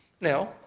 Now